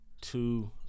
Two